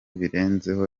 birenzeho